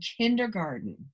kindergarten